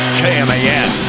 kman